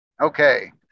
Okay